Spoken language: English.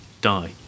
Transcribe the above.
die